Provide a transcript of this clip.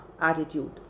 attitude